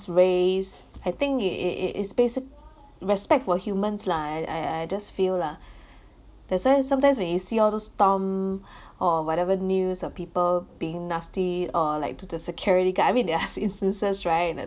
race I think it it it is basic respect for humans lah I I I just feel lah that's why sometimes when you see all those stomp or whatever news or people being nasty or like to the security guard I mean there are instances right and